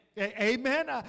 Amen